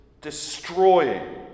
destroying